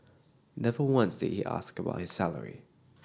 never once did he ask about his salary